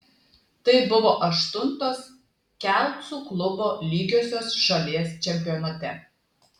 tai buvo aštuntos kelcų klubo lygiosios šalies čempionate